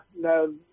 no